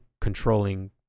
controlling